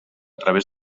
través